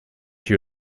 she